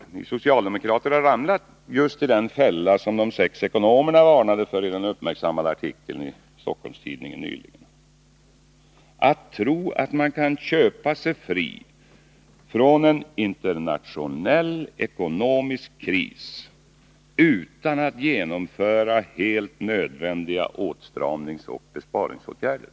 Socialdemokraterna har ramlat just i den fälla som de sex ekonomerna varnade för i den uppmärksammade artikeln i Stockholms-Tidningen nyligen: att tro att man kan köpa sig fri från en internationell ekonomisk kris utan att genomföra helt nödvändiga åtstramningsoch besparingsåtgärder.